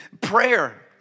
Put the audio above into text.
Prayer